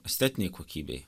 estetinei kokybei